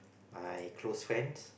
I close friends